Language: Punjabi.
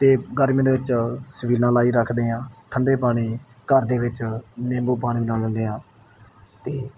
ਅਤੇ ਗਰਮੀ ਦੇ ਵਿੱਚ ਛਬੀਲਾਂ ਲਾਈ ਰੱਖਦੇ ਹਾਂ ਠੰਡੇ ਪਾਣੀ ਘਰ ਦੇ ਵਿੱਚ ਨਿੰਬੂ ਪਾਣੀ ਲੈ ਲੈਂਦੇ ਹਾਂ ਅਤੇ